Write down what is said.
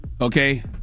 Okay